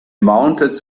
mounted